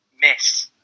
miss